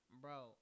Bro